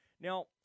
Now